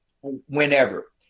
whenever